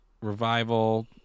Revival